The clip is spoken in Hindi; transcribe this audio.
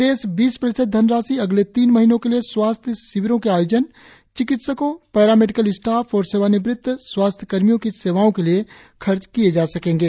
शेष बीस प्रतिशत धनराशि अगले तीन महीनों के लिए स्वास्थ्य शिविरों के आयोजन चिकित्सकों पैरामेडिकल स्टाफ और सेवानिवृत स्वास्थ्य कर्मियों की सेवाओं के लिए खर्च किए जा सकेंगे